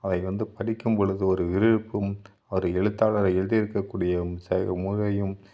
அதை வந்து படிக்கும்பொழுது ஒரு விறுவிறுப்பும் ஒரு எழுத்தாளர் எழுதியிருக்கக்கூடிய செயல் முறையும்